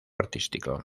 artístico